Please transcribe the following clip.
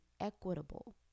equitable